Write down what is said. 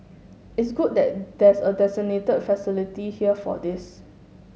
it's good that there's a designated facility here for this